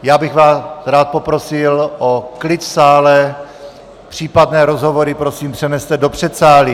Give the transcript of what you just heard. Já bych vás rád poprosil o klid v sále, případné rozhovory prosím přeneste do předsálí.